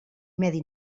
medi